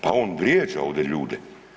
Pa on vrijeđa ovdje ljude.